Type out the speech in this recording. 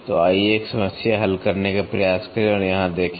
तो आइए एक समस्या हल करने का प्रयास करें और यहां देखें